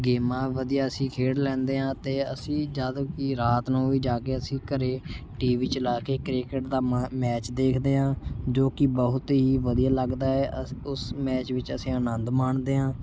ਗੇਮਾਂ ਵਧੀਆ ਅਸੀਂ ਖੇਡ ਲੈਂਦੇ ਹਾਂ ਅਤੇ ਅਸੀਂ ਜਦ ਕਿ ਰਾਤ ਨੂੰ ਵੀ ਜਾ ਕੇ ਅਸੀਂ ਘਰੇ ਟੀ ਵੀ ਚਲਾ ਕੇ ਕ੍ਰਿਕਟ ਦਾ ਮ ਮੈਚ ਦੇਖਦੇ ਹਾਂ ਜੋ ਕਿ ਬਹੁਤ ਹੀ ਵਧੀਆ ਲੱਗਦਾ ਹੈ ਅਸ ਉਸ ਮੈਚ ਵਿੱਚ ਅਸੀਂ ਆਨੰਦ ਮਾਣਦੇ ਹਾਂ